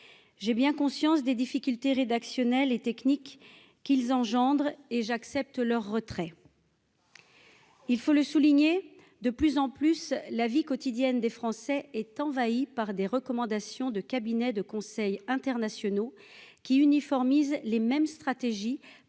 j'ai bien conscience des difficultés rédactionnelle et technique qu'ils engendrent, et j'accepte leur retrait. Il faut le souligner, de plus en plus la vie quotidienne des Français est envahie par des recommandations de cabinets de conseil internationaux qui uniformise les mêmes stratégies